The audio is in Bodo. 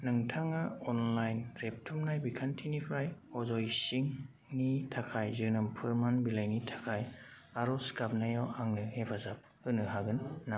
नोंथाङा अनलाइन रेबथुमनाय बिखान्थिनिफ्राय अजय सिंहनि थाखाय जोनोम फोरमान बिलाइनि थाखाय आर'ज गाबनायाव आंनो हेफाजाब होनो हागोन नामा